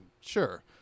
sure